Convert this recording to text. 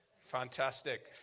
Fantastic